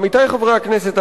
עמיתי חברי הכנסת,